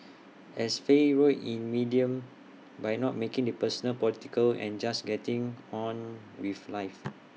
as Faye wrote in medium by not making the personal political and just getting on with life